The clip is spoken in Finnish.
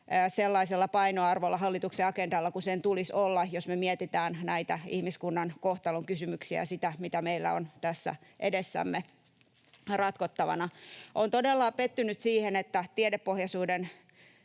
sellaisella painoarvolla kuin sen tulisi olla, jos me mietitään näitä ihmiskunnan kohtalonkysymyksiä, sitä, mitä meillä on tässä edessämme ratkottavana. Olen todella pettynyt siihen, että tiedepohjaisuuden